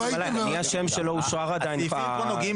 אני אשם שלא אושר עדיין --- הסעיפים פה נוגעים